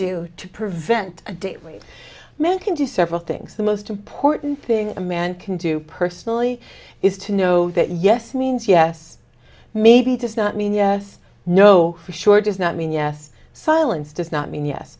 do to prevent a date when men can do several things the most important thing a man can do personally is to know that yes means yes maybe does not mean yes no for sure does not mean yes silence does not mean yes